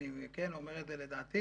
אני אומר את זה לדעתי